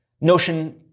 notion